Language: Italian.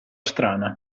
strana